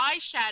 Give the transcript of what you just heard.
eyeshadow